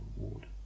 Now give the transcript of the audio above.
reward